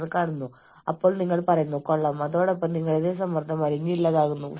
ഇത് കാരണം നിങ്ങളുടെ സ്ഥാപനത്തിൽ ഒരു പണിമുടക്കിനുള്ള സാധ്യത ഉണ്ടെന്നത് നിങ്ങളെ സമ്മർദ്ദത്തിലാക്കും